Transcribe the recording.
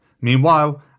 Meanwhile